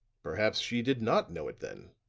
perhaps she did not know it then.